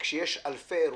כשיש אלפי אירועים,